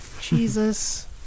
Jesus